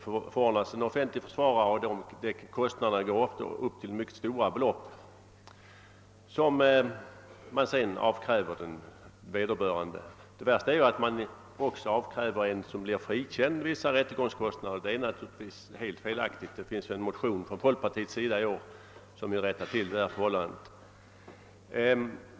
Det förordnas en offentlig försvarare, och kostnaderna kan uppgå till mycket stora belopp som man sedan avkräver vederbörande. Det värsta är att man också avkräver den som blivit frikänd vissa rättegångskostnader, vilket är helt felaktigt. Folkpartiet har i år framlagt en motion som vill rätta till detta förhållande.